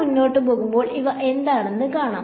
നമ്മൾ മുന്നോട്ട് പോകുമ്പോൾ ഇവ എന്താണെന്ന് കാണാം